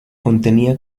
contenía